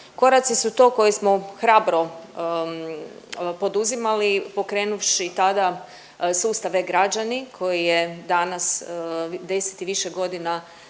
Koraci su to koje smo hrabro poduzimali pokrenuvši tada sustav e-Građani koji je danas deset i više godina